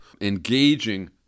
engaging